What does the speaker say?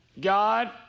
God